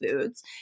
foods